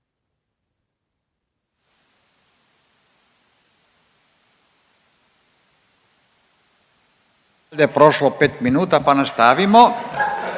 Hvala g.